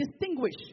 distinguish